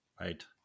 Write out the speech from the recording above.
Right